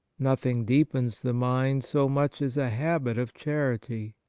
nothing deepens the mind so much as a habit of charity.